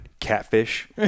Catfish